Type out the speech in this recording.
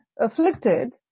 afflicted